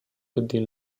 din